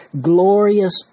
glorious